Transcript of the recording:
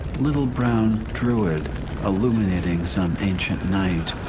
little brown druid illuminating some ancient night?